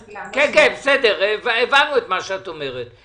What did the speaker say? אני לא שומעת --- בסדר, הבנו את מה שאת אומרת.